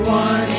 one